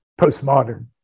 postmodern